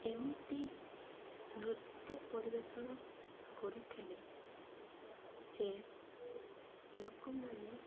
ଏମିତି ନୃତ୍ୟ ପରିବେଷଣ କରୁଥିଲେ ଯେ ଲୋକ ମାନେ